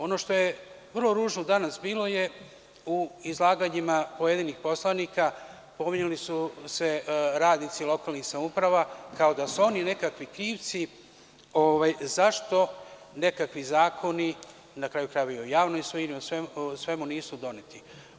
Ono što je vrlo ružno danas bilo, u izlaganjima pojedinih poslanika pominjali su se radnici lokalnih samouprava, kao da su oni nekakvi krivci zašto nekakvi zakoni, na kraju krajeva i o javnoj svojini i o svemu, nisu doneti.